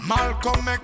Malcolm